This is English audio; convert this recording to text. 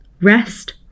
rest